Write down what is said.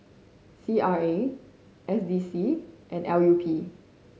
C R A S D C and L U P